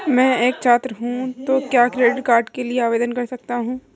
मैं एक छात्र हूँ तो क्या क्रेडिट कार्ड के लिए आवेदन कर सकता हूँ?